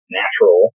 natural